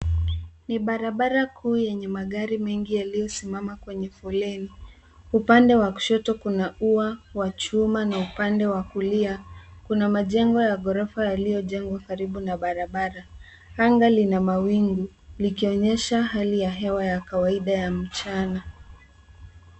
Ni barabara kuu yenye magari mengi yaliyo simama kwenye foleni. Upande wa kushoto kuna ua wa chuma na upande wa kulia kuna majengo ya ghorofa yaliyo jengwa karibu na barabara. Anga Lina mawingu likionyesha hali ya kawaida ya mchana.